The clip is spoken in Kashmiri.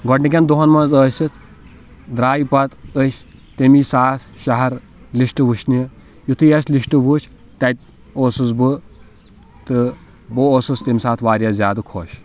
گۄڈنٕکٮ۪ن دَہن منٛز ٲسِتھ درٛاے پتہ أسۍ تٔمی سات شَہَر لِسٹ وٕچھنہِ یُتُھے اسہِ لِسٹ وٕچھ تَتہِ اوسُس بہٕ تہٕ بہٕ اوسُس تیٚمہِ ساتہٕ واریاہ زیادٕ خۄش